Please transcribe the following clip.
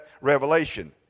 revelation